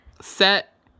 set